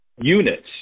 units